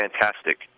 fantastic